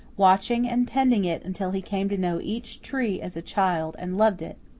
watching and tending it until he came to know each tree as a child and loved it.